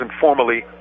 formally